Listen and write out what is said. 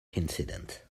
incident